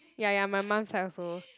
ya ya my mum side also